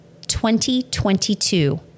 2022